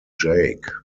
jake